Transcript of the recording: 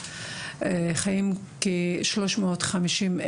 הישיבה הספציפית הזאת המשותפת של ועדת